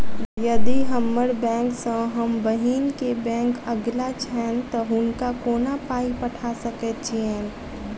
यदि हम्मर बैंक सँ हम बहिन केँ बैंक अगिला छैन तऽ हुनका कोना पाई पठा सकैत छीयैन?